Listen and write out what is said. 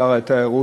שר התיירות,